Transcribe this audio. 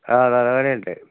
ആ തലവേദനയുണ്ട്